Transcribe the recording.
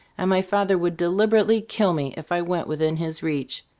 and my father would deliberately kill me if i went within his reach.